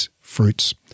fruits